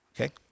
Okay